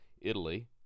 Italy